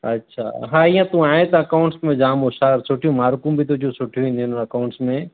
अछा हा इअं तूं आहीं त अकाऊंट्स में जामु हुशियारु सुठियूं मार्कूं बि तुंहिंजूं सुठियूं ईंदियूं आहिनि अकाऊंट्स में